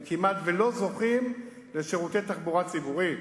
הם כמעט שלא זוכים לשירותי תחבורה ציבורית.